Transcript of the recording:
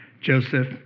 Joseph